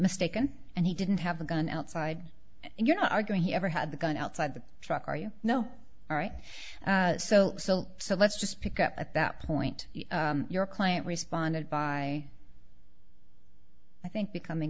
mistaken and he didn't have a gun outside and you're not arguing he ever had the gun outside the trucker you know all right so so so let's just pick up at that point your client responded by i think becoming